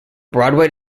broadway